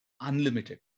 unlimited